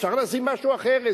אפשר לשים משהו אחר,